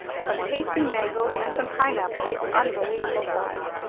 some tasty mangoes, and some pineapples of unbelievable size.